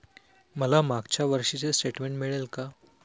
मला मागच्या वर्षीचे स्टेटमेंट मिळेल का?